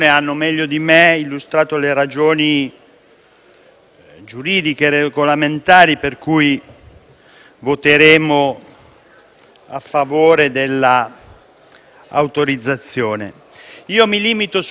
la presenza di una nave di organizzazioni non governative con a bordo 177 persone, 177 disperati, tra cui donne e minori.